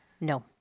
No